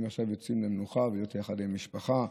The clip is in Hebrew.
הינה, עכשיו יוצאים למנוחה, להיות יחד עם המשפחה.